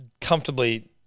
Comfortably